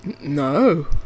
No